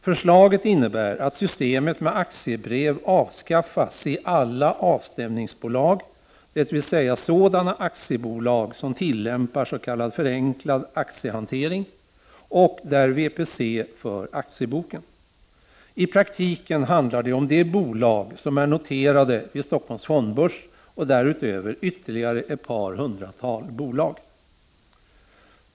Förslaget innebär att systemet med aktiebrev avskaffas i alla avstämningsbolag, dvs. sådana aktiebolag som tillämpar s.k. förenklad aktiehantering och där VPC för aktieboken. I praktiken handlar det om de bolag som är noterade vid Stockholms fondbörs och därutöver om ytterligare ett par hundratal bolag.